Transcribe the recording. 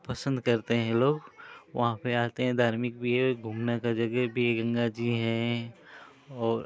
पसन्द करते हैं लोग वहाँ पर आते हैं धार्मिक भी है घूमने की जगह भी है गंगा जी हैं और